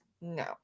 No